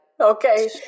Okay